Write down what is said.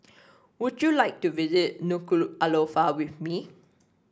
would you like to visit Nuku'alofa with me